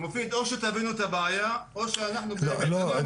או שתבינו את הבעיה או שאנחנו --- לא,